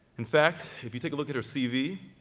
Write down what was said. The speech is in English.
in fact, if you take a look at her cv,